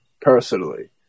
personally